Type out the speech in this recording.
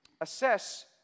Assess